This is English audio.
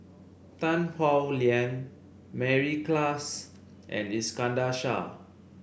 Tan Howe Liang Mary Klass and Iskandar Shah